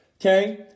Okay